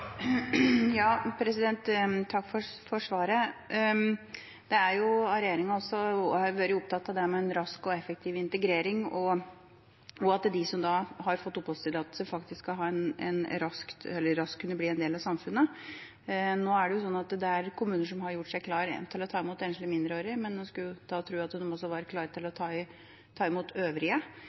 Takk for svaret. Regjeringa har også vært opptatt av det med rask og effektiv integrering, og at de som har fått oppholdstillatelse, raskt skal kunne bli en del av samfunnet. Nå er det kommuner som har gjort seg klare til å ta imot enslige mindreårige flyktninger, men da skulle en tro at de også var klare til å ta imot øvrige. Vi har jo bosettingsklare flyktninger, og vi har rundt 5 500 – hvis jeg ikke tar helt feil – som sitter i